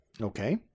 Okay